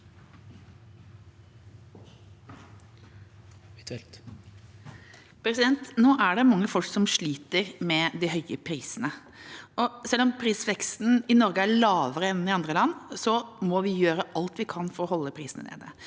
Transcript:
Nå er det mange folk som sliter med de høye prisene, og selv om prisveksten i Norge er lavere enn i andre land, må vi gjøre alt vi kan for å holde prisene nede,